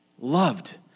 loved